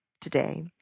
today